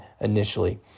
initially